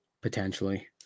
potentially